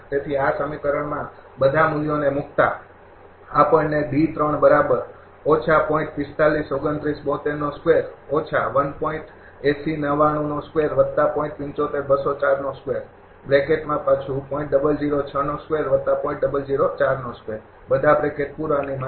તેથી આ સમીકરણમાં બધા મૂલ્યોને મૂકતાં આપણને મળશે